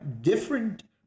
different